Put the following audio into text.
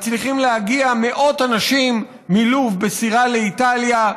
מצליחים להגיע מאות אנשים מלוב בסירה לאיטליה,